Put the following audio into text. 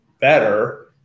better